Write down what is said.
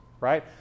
Right